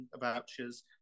vouchers